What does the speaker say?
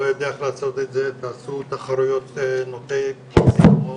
לא יודע איך תעשו את זה תעשו תחרויות נושאות פרסים או